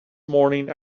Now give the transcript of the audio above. morning